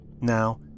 Now